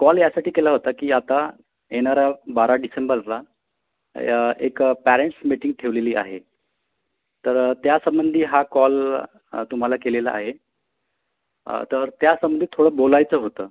call यासाठी केला होता की आता येणाऱ्या बारा डिसेंबरला एक पॅरेंट्स मिटींग ठेवलेली आहे तर त्यासंबंधी हा कॉल तुम्हाला केलेला आहे तर त्यासंबंधी थोडं बोलायचं होतं